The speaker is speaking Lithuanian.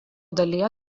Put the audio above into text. dalyje